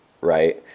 Right